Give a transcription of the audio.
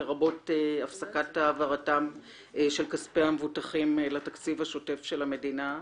לרבות הפסקת העברתם של כספי המבוטחים לתקציב השוטף של המדינה.